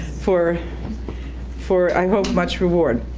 for for i hope much reward,